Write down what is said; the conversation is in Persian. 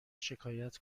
شکایت